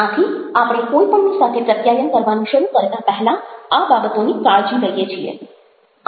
આથી આપણે કોઈ પણની સાથે પ્રત્યાયન કરવાનું શરૂ કરતાં પહેલાં આ બાબતોની કાળજી લઈએ છીએ